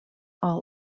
all